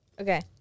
Okay